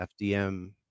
FDM